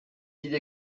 idées